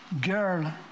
girl